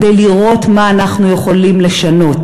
כדי לראות מה אנחנו יכולים לשנות,